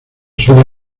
suelen